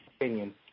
opinion